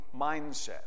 mindset